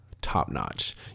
top-notch